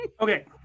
Okay